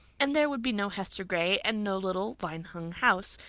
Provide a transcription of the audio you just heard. and there would be no hester gray and no little vine-hung house,